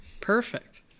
perfect